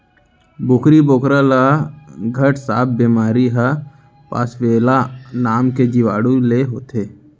बोकरी बोकरा ल घट सांप बेमारी ह पास्वरेला नांव के जीवाणु ले होथे